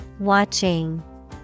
watching